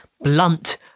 blunt